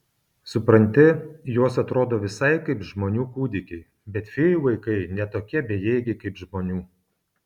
supranti jos atrodo visai kaip žmonių kūdikiai bet fėjų vaikai ne tokie bejėgiai kaip žmonių